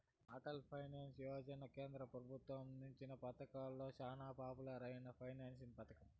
Atal pension Yojana కేంద్ర పెబుత్వం అందిస్తున్న పతకాలలో సేనా పాపులర్ అయిన పెన్సన్ పతకం